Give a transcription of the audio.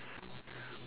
ah